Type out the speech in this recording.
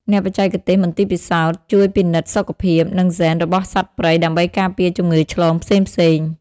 អ្នកបច្ចេកទេសមន្ទីរពិសោធន៍ ជួយពិនិត្យសុខភាព និងហ្សែនរបស់សត្វព្រៃដើម្បីការពារជំងឺឆ្លងផ្សេងៗ។